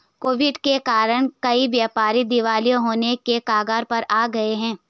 Covid के कारण कई व्यापारी दिवालिया होने की कगार पर आ गए हैं